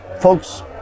folks